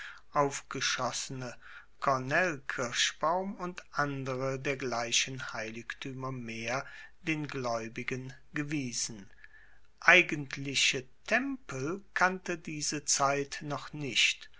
aufgeschossene kornelkirschbaum und andere dergleichen heiligtuemer mehr den glaeubigen gewiesen eigentliche tempel kannte diese zeit noch nicht